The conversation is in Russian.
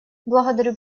благодарю